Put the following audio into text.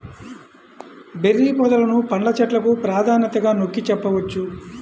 berry పొదలను పండ్ల చెట్లకు ప్రాధాన్యతగా నొక్కి చెప్పవచ్చు